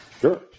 Sure